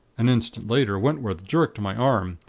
an instant later, wentworth jerked my arm,